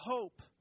hope